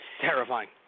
terrifying